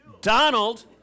Donald